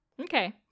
Okay